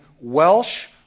Welsh